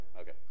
Okay